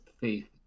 faith